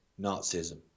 Nazism